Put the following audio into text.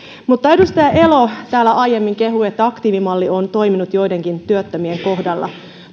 edustaja elo täällä aiemmin kehui että aktiivimalli on toiminut joidenkin työttömien kohdalla